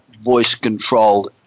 voice-controlled